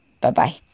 Bye-bye